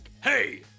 Hey